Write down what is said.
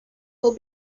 will